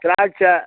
திராட்சை